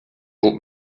old